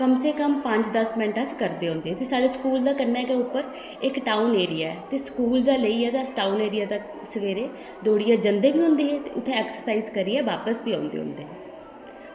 कम से कम पंज दस्स मिंट करदे होंदे हे ते साढ़े स्कूल दा कन्नै गै उप्पर इक्क टाऊन एरिया ऐ ते स्कूल कोला लेइयै टाऊन एरिया तक्कर जंदे बी होंदे हे ते उत्थै एक्सरसाइज बी करदे होंदे हे